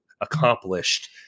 accomplished